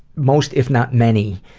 most if not many